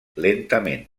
lentament